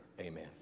Amen